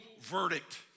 verdict